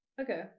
Okay